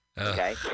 Okay